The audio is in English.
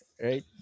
Right